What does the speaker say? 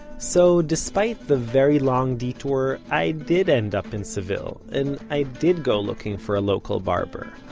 so, despite the very long detour, i did end up in seville and i did go looking for a local barber.